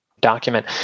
document